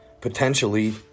potentially